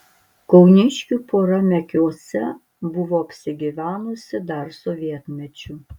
kauniškių pora mekiuose buvo apsigyvenusi dar sovietmečiu